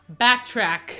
backtrack